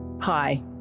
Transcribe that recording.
Hi